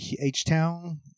H-Town